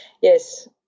yes